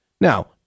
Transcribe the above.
Now